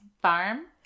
Farm